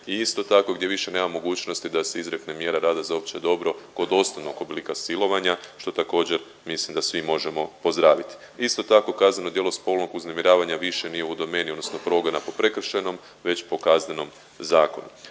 i isto tako gdje više nema mogućnosti da se izrekne mjera rada za opće dobro kod osnovnog oblika silovanja što također mislim da svi možemo pozdraviti. Isto tako kazneno djelo spolnog uznemiravanja više nije u domeni odnosno progona po prekršajnom već po Kaznenom zakonu.